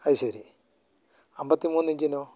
അതുശരി അമ്പത്തിമൂന്ന് ഇഞ്ചിനോ